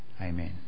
Amen